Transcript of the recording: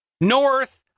North